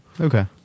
Okay